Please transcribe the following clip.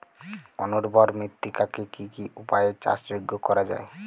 অনুর্বর মৃত্তিকাকে কি কি উপায়ে চাষযোগ্য করা যায়?